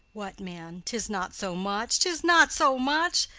what, man? tis not so much, tis not so much!